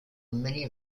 many